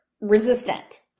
resistant